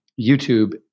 YouTube